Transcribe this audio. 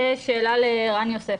זו שאלה לערן יוסף